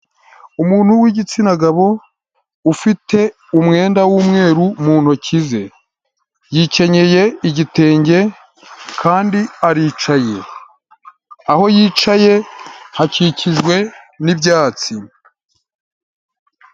Umuntu w’igitsina gabo ufite umwenda w’umweru mu ntoki ze yikenyeye igitenge, kandi aricaye. Aho yicaye hakikijwe n’ibyatsi.